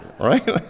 Right